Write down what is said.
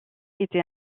était